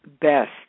Best